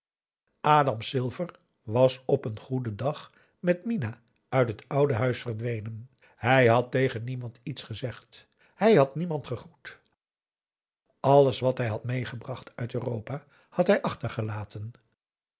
adam silver was op een goeden dag met minah uit het oude huis verdwenen hij had tegen niemand iets gezegd hij had niemand gegroet alles wat hij had meegebracht uit europa had hij achtergelaten